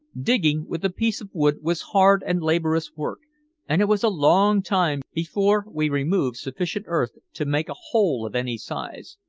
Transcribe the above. digging with a piece of wood was hard and laborious work and it was a long time before we removed sufficient earth to make a hole of any size.